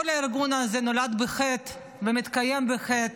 כל הארגון הזה נולד בחטא ומתקיים בחטא,